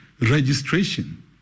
registration